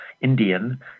Indian